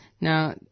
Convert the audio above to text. Now